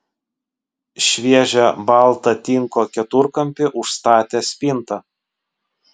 šviežią baltą tinko keturkampį užstatė spinta